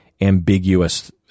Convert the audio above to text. ambiguous